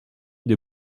des